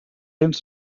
cents